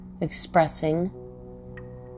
expressing